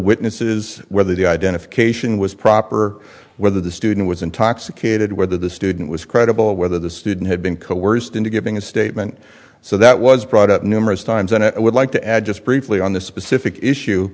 witnesses whether the identification was proper whether the student was intoxicated whether the student was credible whether the student had been coerced into giving a statement so that was brought up numerous times and i would like to add just briefly on the specific issue